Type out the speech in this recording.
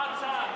מה ההצעה?